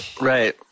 Right